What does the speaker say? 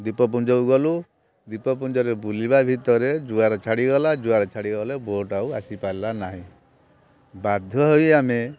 ଦ୍ୱୀପପୁଞ୍ଜକୁ ଗଲୁ ଦ୍ୱୀପପୁଞ୍ଜରେ ବୁଲିବା ଭିତରେ ଜୁଆର ଛାଡ଼ିଗଲା ଜୁଆର ଛାଡ଼ିଗଲେ ବୋଟ୍ ଆଉ ଆସିପାରିଲା ନାହିଁ ବାଧ୍ୟ ହୋଇ ଆମେ